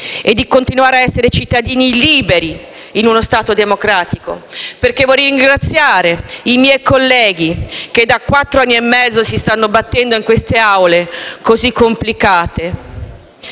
e di continuare a essere cittadini liberi in uno Stato democratico. Vorrei ringraziare i miei colleghi che da quattro anni e mezzo si stanno battendo in queste Assemblee